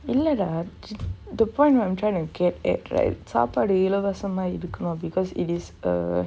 இல்லடா:illadaa the point where I'm trying to get at right சாப்பாடு இலவசமா இருக்கனும்:saapaadu ilavasamaa irukkanum because it is a